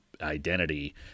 identity